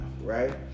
right